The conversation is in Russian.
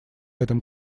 этом